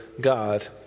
God